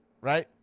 right